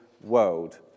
world